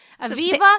Aviva